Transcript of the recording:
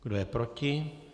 Kdo je proti?